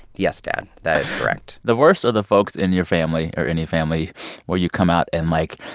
yes, dad. that is correct the worst are the folks in your family or any family where you come out and like,